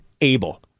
able